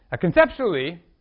Conceptually